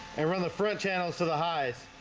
and run the front channels to the highs